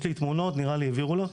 יש לי תמונות, נראה לי העבירו לך.